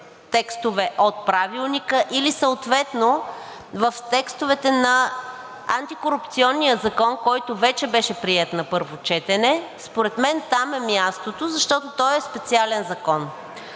и 146 от Правилника или съответно в текстовете на Антикорупционния закон, който вече беше приет на първо четене, според мен там е мястото, защото той е специален закон.